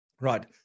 Right